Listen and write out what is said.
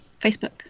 Facebook